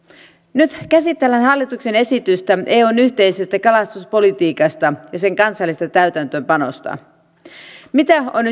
nyt käsitellään hallituksen esitystä eun yhteisestä kalastuspolitiikasta ja sen kansallisesta täytäntöönpanosta mitä on